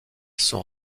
sont